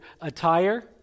attire